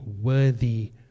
worthy